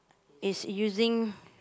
is using